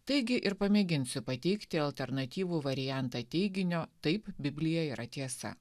taigi ir pamėginsiu pateikti alternatyvų variantą teiginio taip biblija yra tiesa